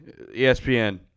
ESPN